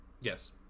Yes